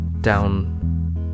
down